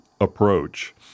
approach